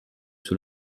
sur